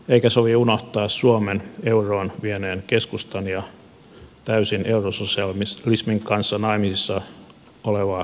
eikä sovi unohtaa suomen euroon vienyttä keskustaa ja täysin eurososialismin kanssa naimisissa olevaa kokoomusta